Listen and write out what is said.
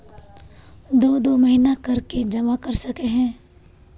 दो दो महीना कर के जमा कर सके हिये?